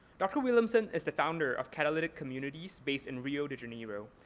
dr. williamson is the founder of catalytic communities based in rio de janeiro.